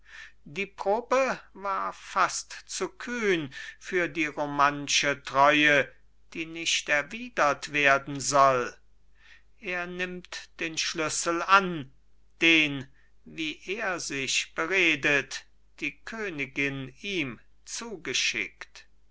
die probe war fast zu kühn für die romantsche treue die nicht erwidert werden soll er nimmt den schlüssel an den wie er sich beredet die königin ihm zugeschickt